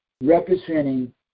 representing